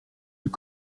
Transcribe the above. eût